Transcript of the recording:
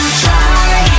try